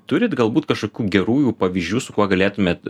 turit galbūt kažkokių gerųjų pavyzdžių su kuo galėtumėt